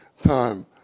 time